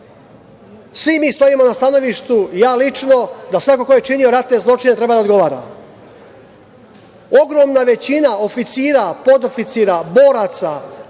mi stojimo na stanovištu. Ja lično, da svako ko je činio ratne zločine da treba da odgovara. Ogromna većina oficira, podoficira, boraca